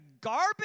garbage